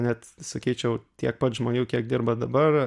net sakyčiau tiek pat žmonių kiek dirba dabar